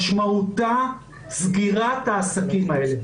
משמעותה סגירת העסקים האלה.